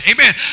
Amen